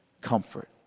comfort